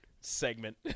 segment